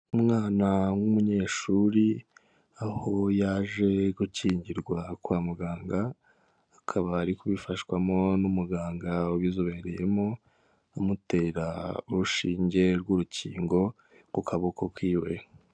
Umwana w'umunyeshuri aho yaje gukingirwa kwa muganga, akaba ari kubifashwamo n'umuganga ubizobereyemo amutera urushinge rw'urukingo ku kaboko k'iwe.